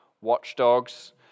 watchdogs